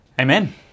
Amen